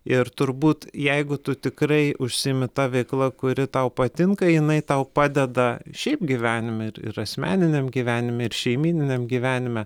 ir turbūt jeigu tu tikrai užsiimi ta veikla kuri tau patinka jinai tau padeda šiaip gyvenime ir ir asmeniniam gyvenime ir šeimyniniam gyvenime